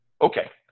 Okay